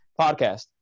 Podcast